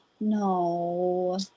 No